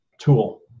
tool